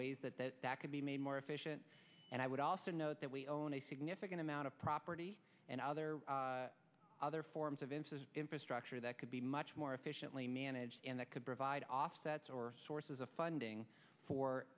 ways that that could be made more efficient and i would also note that we own a significant amount of property and other other forms of into infrastructure that could be much more efficiently managed and that could provide offsets or sources of funding for